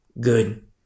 good